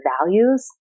values